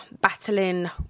battling